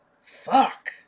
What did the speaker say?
Fuck